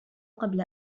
قبل